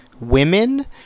women